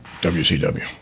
WCW